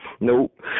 Nope